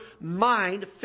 mind